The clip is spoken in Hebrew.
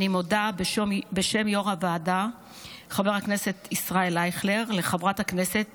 אני מודה בשם יו"ר הוועדה ח"כ ישראל אייכלר לחברת הכנסת